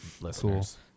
listeners